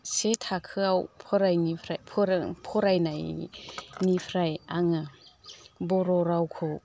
से थाखोआव फराय फरायनायनिफ्राय आङो बर' रावखौ